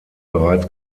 bereits